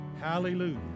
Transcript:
hallelujah